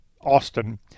Austin